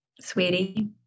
sweetie